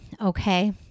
Okay